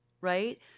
Right